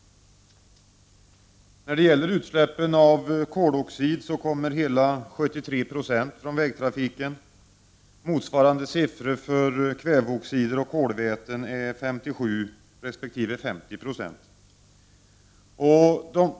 Hela 73 Jo av utsläppen av koldioxid kommer från vägtrafiken. Motsvarande siffror för kväveoxidoch kolväteutsläpp är 57 resp. 50 Zo.